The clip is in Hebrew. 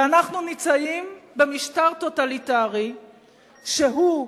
ואנחנו נמצאים במשטר טוטליטרי שהוא,